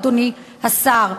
אדוני השר.